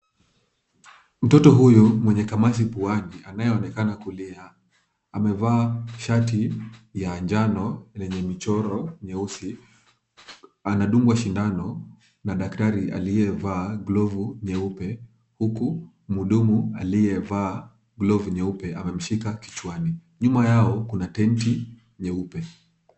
Mtoto huyu mwenye kamasi puani anayeonekana kulia, amevaa shati ya njano yenye michoro nyeusi, anadungwa sindano na daktari aliyevaa glovu nyeupe huku mhudumu aliyevaa glovu nyeupe amemshika kichwani. Nyuma yao kuna tenti nyeupe.